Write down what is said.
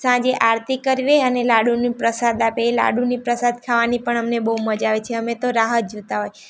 સાંજે આરતી કરીએ અને લાડુની પ્રસાદ આપે એ લાડુની પ્રસાદ ખાવાની પણ અમને બહુ મજા આવે છે અમે તો રાહ જ જોતા હોય